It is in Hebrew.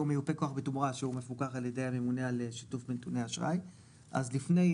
אנחנו מתייחסים למצב שבו יש בעל רישיון